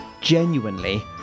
genuinely